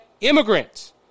immigrants